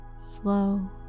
slow